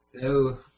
Hello